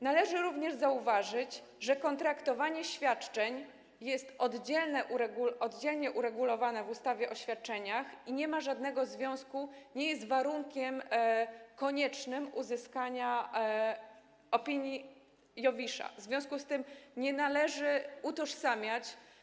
Należy również zauważyć, że kontraktowanie świadczeń jest oddzielnie uregulowane w ustawie o świadczeniach i nie ma żadnego związku, tzn. nie jest warunkiem koniecznym uzyskanie opinii z IOWISZ-a, w związku z czym nie należy utożsamiać.